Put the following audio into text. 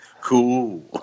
Cool